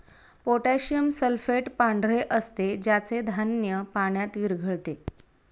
potassium sulphate पांढरे असते ज्याचे धान्य पाण्यात विरघळते